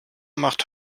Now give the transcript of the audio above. macht